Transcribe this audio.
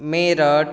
Meerut